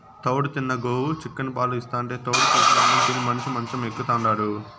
తౌడు తిన్న గోవు చిక్కని పాలు ఇస్తాంటే తౌడు తీసిన అన్నం తిని మనిషి మంచం ఎక్కుతాండాడు